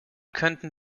könnten